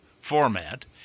format